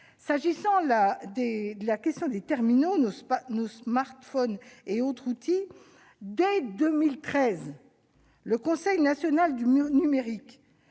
S'agissant de la question des terminaux- nos smartphones et autres outils -, le Conseil national du numérique